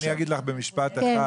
אני אגיד לך במשפט אחד,